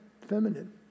feminine